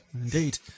indeed